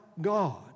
God